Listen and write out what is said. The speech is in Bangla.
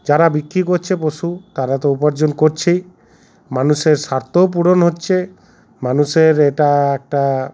যারা বিক্রি করছে পশু তারা তো উপার্জন করছেই মানুষের স্বার্থও পূরণ হচ্ছে মানুষের এটা একটা